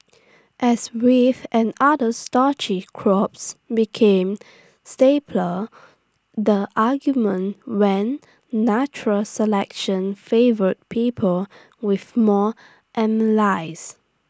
as wheat and other starchy crops became staples the argument went natural selection favoured people with more amylase